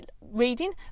reading